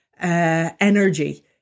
energy